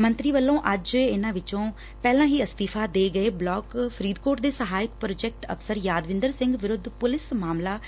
ਮੰਤਰੀ ਵੱਲੋ ੱਜ ਇਨ੍ਹਾਂ ਵਿੱਚੋ ਪਹਿਲਾਂ ਹੀ ਅਸਤੀਫਾ ਦੇ ਗਏ ਬਲਾਕ ਫਰੀਦਕੋਟ ਦੇ ਸਹਾਇਕ ਪ੍ਰਾਜੈਕਟ ਅਫਸਰ ਯਾਦਵਿੰਦਰ ਸਿੰਘ ਵਿਰੁੱਧ ਪੁਲੀਸ ਮਾਮਲਾ